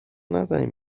نزنین